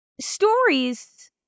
Stories